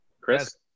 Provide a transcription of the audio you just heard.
Chris